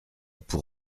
pour